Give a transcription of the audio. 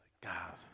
God